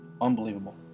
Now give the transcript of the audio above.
Unbelievable